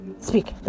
Speak